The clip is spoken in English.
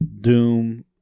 Doom